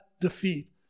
defeat